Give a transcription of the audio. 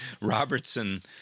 Robertson